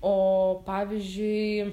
o pavyzdžiui